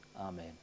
Amen